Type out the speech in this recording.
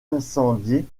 incendiée